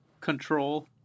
control